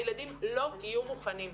הילדים לא יהיו מוכנים.